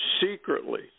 secretly